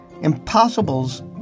Impossible's